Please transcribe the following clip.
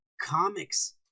Comics